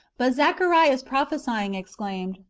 but zacharias prophesying, exclaimed,